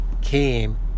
came